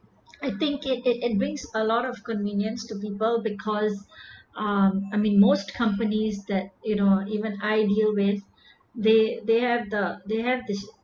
I think it it it brings a lot of convenience to people because um I mean most companies that you know even I deal with they they have the they have this